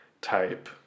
type